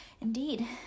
Indeed